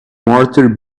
mortar